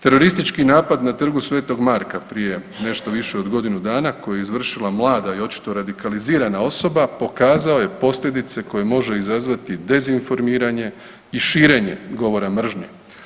Teroristički napada na Trgu sv. Marka prije nešto više od godinu koji je izvršila mlada i očito radikalizirana osoba, pokazao je posljedice koje može izazvati dezinformiranje i širenje govora mržnje.